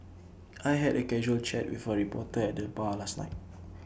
I had A casual chat with A reporter at the bar last night